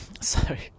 sorry